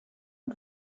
und